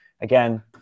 Again